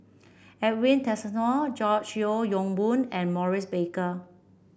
Edwin Tessensohn George Yeo Yong Boon and Maurice Baker